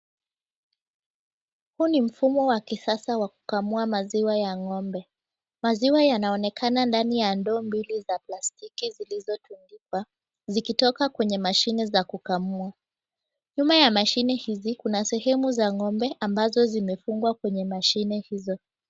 Huu ni mfumo wa kisasa wa kukamua maziwa ya ng'ombe. Maziwa yanaonekana ndani ya ndoo mbili za plastiki zilizotundikwa, zikitoka kwenye mashine za kukamua. Nyuma ya mashini hizi kuna sehemu za ng'ombe, ambazo zimefungwa kwenye mashine hizo.